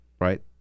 right